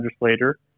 legislator